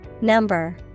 Number